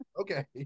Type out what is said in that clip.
Okay